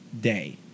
day